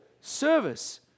service